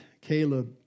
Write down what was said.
Caleb